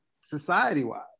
society-wise